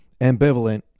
ambivalent